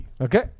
Okay